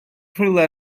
rhywle